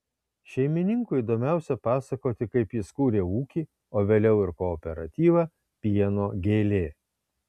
šeimininkui įdomiausia pasakoti kaip jis kūrė ūkį o vėliau ir kooperatyvą pieno gėlė